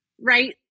right